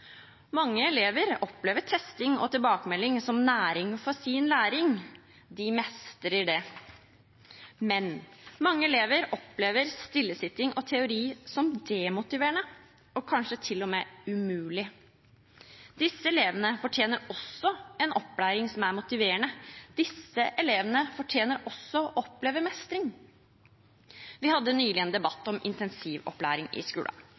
Mange elever opplever testing og tilbakemelding som næring for sin læring – de mestrer det. Men mange elever opplever stillesitting og teori som demotiverende og kanskje til og med umulig. Disse elevene fortjener også en opplæring som er motiverende, disse elevene fortjener også å oppleve mestring. Vi hadde nylig en debatt om intensivopplæring i